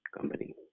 company